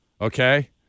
okay